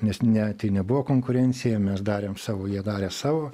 nes ne tai nebuvo konkurencija mes darėm savo jie darė savo